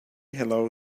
hello